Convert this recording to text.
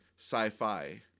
sci-fi